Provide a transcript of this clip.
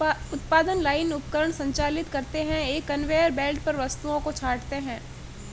उत्पादन लाइन उपकरण संचालित करते हैं, एक कन्वेयर बेल्ट पर वस्तुओं को छांटते हैं